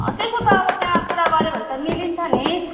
त्यसो त अब त्यहाँ कुरा गऱ्यो भने त मिलिहाल्छ नि